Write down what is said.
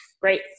Great